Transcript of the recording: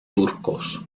turcos